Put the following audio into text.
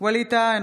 ווליד טאהא,